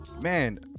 man